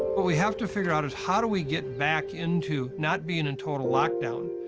what we have to figure out is, how do we get back into not being in total lockdown,